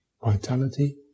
vitality